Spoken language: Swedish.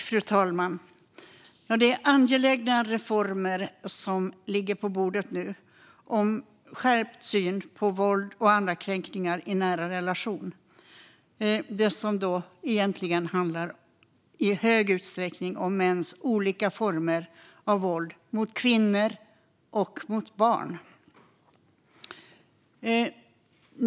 Fru talman! Det är angelägna reformer som ligger på bordet som gäller skärpt syn på våld och andra kränkningar i nära relationer, det som i hög grad handlar om mäns olika former av våld mot kvinnor och barn.